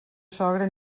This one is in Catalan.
sogra